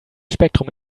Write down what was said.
spektrum